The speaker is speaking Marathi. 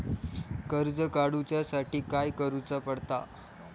कर्ज काडूच्या साठी काय करुचा पडता?